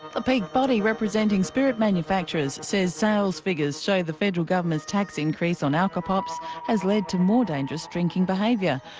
a peak body representing spirit manufacturers says sales figures show the federal government's tax increase on alcopops has led to more dangerous drinking behaviour.